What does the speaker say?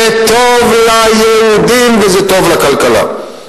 זה טוב ליהודים וזה טוב לכלכלה.